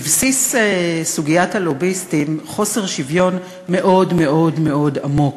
בבסיס סוגיית הלוביסטים חוסר שוויון מאוד מאוד מאוד עמוק,